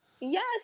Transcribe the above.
Yes